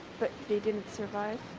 but they didn't survive.